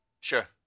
sure